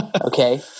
okay